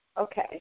Okay